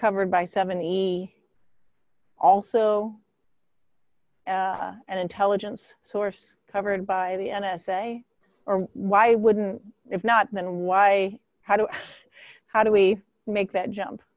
covered by seventy also an intelligence source covered by the n s a or why wouldn't if not then why how do how do we make that jump